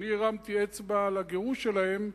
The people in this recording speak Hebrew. אני הרמתי אצבע לגירוש שלהם,